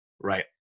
right